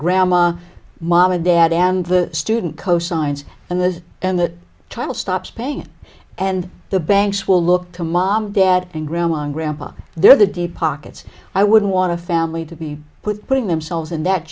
grandma mom and dad and the student cosigns and the and the title stops paying and the banks will look to mom dad and grandma grandpa they're the deep pockets i wouldn't want to family to be putting themselves in that